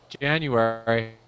January